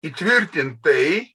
įtvirtint tai